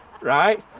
right